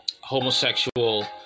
homosexual